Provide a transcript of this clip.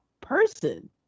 person